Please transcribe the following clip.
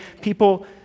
people